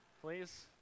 please